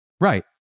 Right